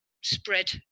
spread